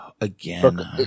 again